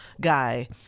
guy